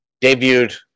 Debuted